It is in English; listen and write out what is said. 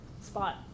spot